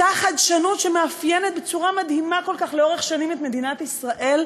אותה חדשנות שמאפיינת בצורה מדהימה כל כך לאורך שנים את מדינת ישראל,